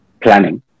planning